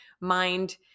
mind